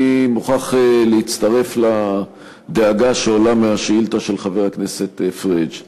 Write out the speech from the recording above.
אני מוכרח להצטרף לדאגה שעולה מהשאילתה של חבר הכנסת פריג'.